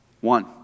One